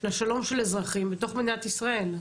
לשלום של אזרחים בתוך מדינת ישראל.